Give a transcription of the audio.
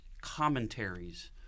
commentaries